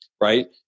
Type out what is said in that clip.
right